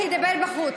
שידבר בחוץ.